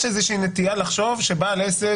ישנה איזו שהיא נטייה לחשוב שבעל עסק